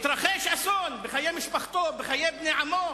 התרחש אסון בחיי משפחתו, בחיי בני עמו.